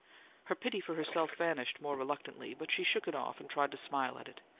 her pity for herself vanished more reluctantly but she shook it off and tried to smile at it,